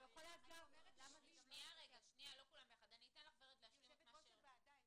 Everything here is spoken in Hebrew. אני חושבת שבעניין